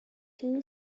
two